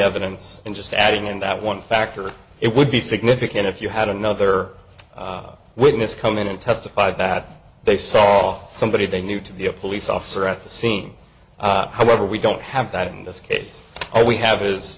evidence and just adding in that one factor it would be significant if you had another witness come in and testified that they saw somebody they knew to be a police officer at the scene however we don't have that in this case we have is